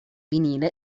vinile